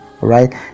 right